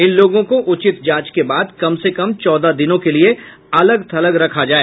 इन लोगों को उचित जांच के बाद कम से कम चौदह दिनों के लिए अलग थलग रखा जाए